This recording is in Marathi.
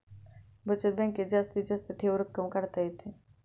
बचत बँकेत जास्तीत जास्त ठेव रक्कम काढता येते